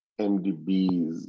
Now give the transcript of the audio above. MDBs